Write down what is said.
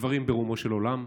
בדברים ברומו של עולם: